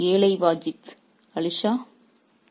ஓ ஏழை வாஜித் அலி ஷா